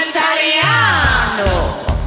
Italiano